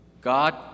God